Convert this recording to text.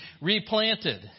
replanted